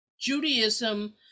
Judaism